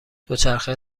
دوچرخه